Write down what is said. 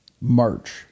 March